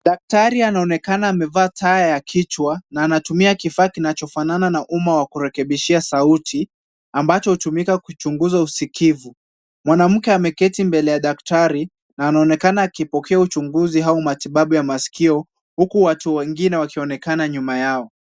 Daktari anaonekana amevaa taa ya kichwa na anatumia kifaa kinachofanana na umma wa kurekebishia sauti, ambacho hutumika kuchunguza usikivu. Mwanamke ameketi mbele ya daktari na anaonekana akipokea uchunguzi au matibabu ya masikio, huku watu wengine wakionekana nyuma yao.